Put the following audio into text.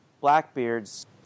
Blackbeard's